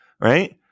Right